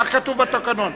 כך כתוב בתקנון.